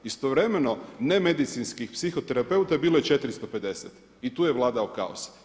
Istovremeno, nemedicinskih psihoterapeuta je bilo 450 i tu je vladao kaos.